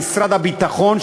למשרד הביטחון,